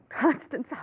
Constance